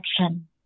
action